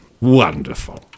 Wonderful